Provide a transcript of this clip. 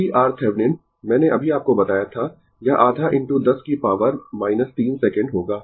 Refer Slide Time 0533 CRThevenin मैंने अभी आपको बताया था यह आधा इनटू 10 की पॉवर 3 सेकंड होगा